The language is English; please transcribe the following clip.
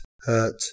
hurt